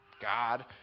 God